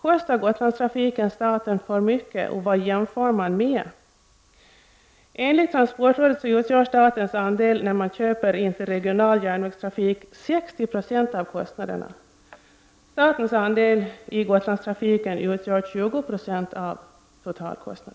Kostar Gotlandstrafiken staten för mycket, och vad jämför man med?